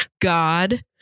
god